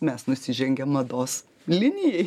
mes nusižengiam mados linijai